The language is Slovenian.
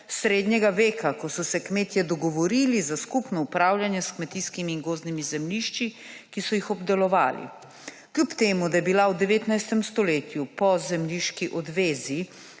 srednjega veka, ko so se kmetje dogovorili za skupno upravljanje s kmetijskimi in gozdnimi zemljišči, ki so jih obdelovali. Kljub temu da je bila v 19. stoletju po zemljiški odvezi